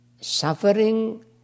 suffering